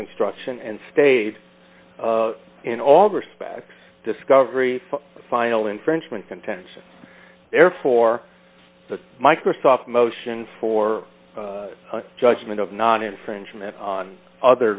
construction and stayed in all respects discovery final infringement contents therefore the microsoft motion for judgment of not infringement on other